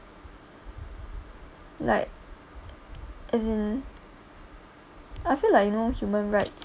like as in I feel like you know human rights